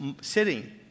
sitting